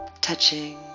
touching